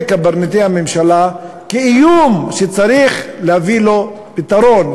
קברניטי הממשלה כאיום שצריך להביא לו פתרון?